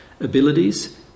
abilities